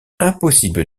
impossible